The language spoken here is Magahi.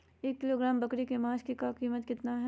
एक किलोग्राम बकरी के मांस का कीमत कितना है?